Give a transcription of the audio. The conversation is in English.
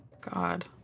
God